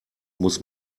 muss